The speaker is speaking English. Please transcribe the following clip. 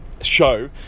show